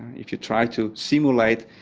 if you tried to simulate,